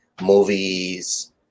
movies